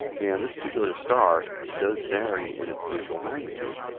and this particular star does vary in its visual magnitude,